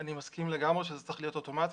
-- אני מסכים לגמרי שזה צריך להיות אוטומטית,